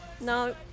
No